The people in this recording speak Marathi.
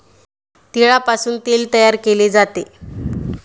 तिळापासून तेल तयार केले जाते